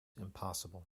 impossible